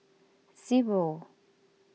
zero